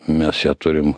mes ją turim